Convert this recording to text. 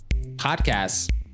podcasts